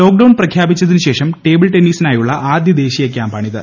lockdown പ്രഖ്യാപിച്ചതിന് ശേഷം table ടെന്നീസിനായുള്ള ആദ്യ ദേശീയ ക്യാമ്പാണിത്